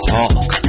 Talk